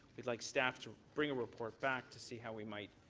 we'd like staff to bring a report back to see how we might